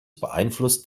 beeinflusst